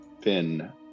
Finn